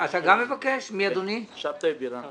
יש לי גם הרבה ביקורת אבל כרגע זה לא הנושא.